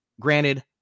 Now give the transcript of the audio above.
Granted